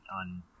on